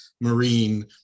Marine